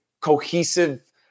cohesive